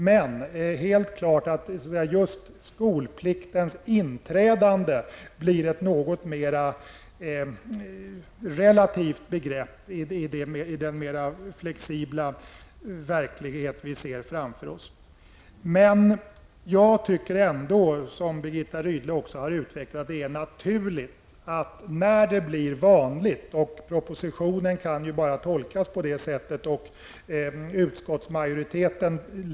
Men det är klart att skolpliktens inträdande blir ett något mer relativt begrepp i den mer flexibla verklighet som vi ser framför oss. Jag tycker ändå, som Birgitta Rydle också har utvecklat, att det är naturligt, när detta blir vanligt, att vi talar om en flexibel och genomsnittligt sänkt skolstartålder.